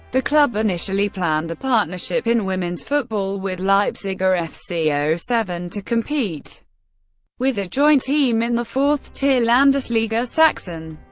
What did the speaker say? the club initially planned a partnership in women's football with leipziger fc seven, to compete with a joint team in the fourth tier landesliga sachsen.